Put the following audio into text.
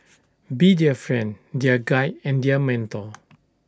be their friend their guide and their mentor